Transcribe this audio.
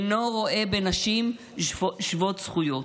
אינו רואה בנשים שוות זכויות.